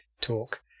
talk